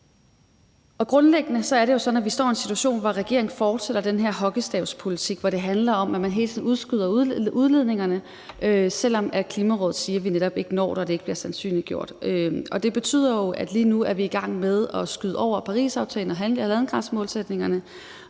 Grundlæggende er det jo sådan, at vi står i en situation, hvor regeringen fortsætter den her hockeystavspolitik, hvor det handler om, at man hele tiden udskyder udledningsreduktionerne, selv om Klimarådet siger, at det ikke er sandsynliggjort, at vi når det. Det betyder jo, at vi lige nu er i gang med at skyde over Parisaftalens 1,5-gradersmålsætning.